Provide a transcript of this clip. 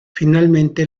finalmente